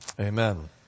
amen